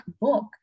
book